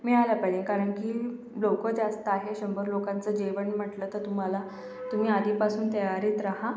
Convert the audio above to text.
मिळालं पाहिजे कारण की लोकं जास्त आहे शंभर लोकांचं जेवण म्हटलं तर तुम्हाला तुम्ही आधीपासून तयारीत रहा